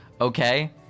okay